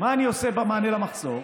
מה אני עושה במענה למחסור?